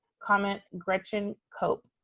comment, gretchen koppe.